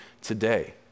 today